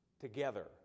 together